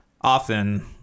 Often